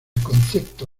concepto